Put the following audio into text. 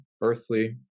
earthly